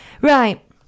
Right